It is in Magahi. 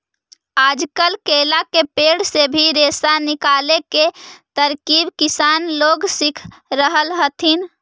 आजकल केला के पेड़ से भी रेशा निकाले के तरकीब किसान लोग सीख रहल हथिन